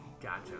Gotcha